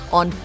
on